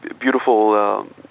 beautiful